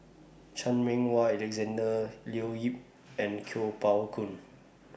Chan Meng Wah Alexander Leo Yip and Kuo Pao Kun